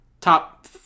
Top